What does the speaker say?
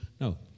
no